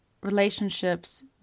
relationships